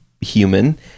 human